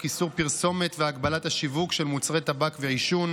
איסור פרסומת והגבלת השיווק של מוצרי טבק ועישון,